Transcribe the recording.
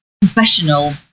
professional